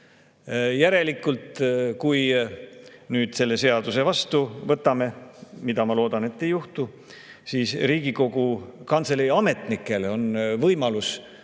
Järelikult, kui me nüüd selle seaduse vastu võtame, mida ma loodan, et ei juhtu, siis Riigikogu Kantselei ametnikel on võimalus teavitada